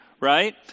right